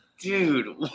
Dude